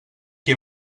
qui